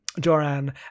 joran